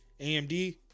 AMD